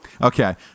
Okay